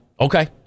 Okay